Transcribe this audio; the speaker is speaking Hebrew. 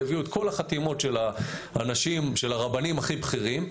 הביאו את כל החתימות של הרבנים הכי בכירים,